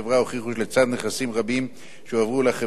נכסים רבים שהועברו לחברה ואותרו על-ידה,